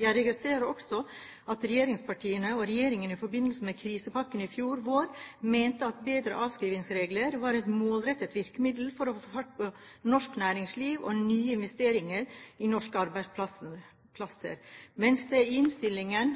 Jeg registrer også at regjeringspartiene og regjeringen i forbindelse med krisepakken i fjor vår mente at bedre avskrivningsregler var et målrettet virkemiddel for å få fart på norsk næringsliv og nye investeringer i norske arbeidsplasser, mens det i innstillingen